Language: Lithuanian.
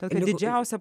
kokia didžiausia